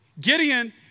Gideon